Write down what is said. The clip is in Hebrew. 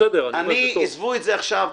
עזבו את זה עכשיו.